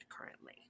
currently